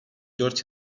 dört